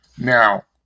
Now